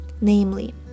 namely